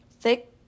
thick